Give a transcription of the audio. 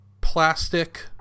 plastic